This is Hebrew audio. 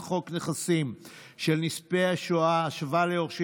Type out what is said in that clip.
חוק נכסים של נספי השואה (השבה ליורשים